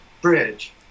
bridge